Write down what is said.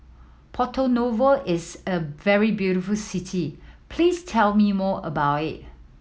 Porto Novo is a very beautiful city please tell me more about it